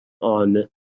on